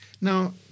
Now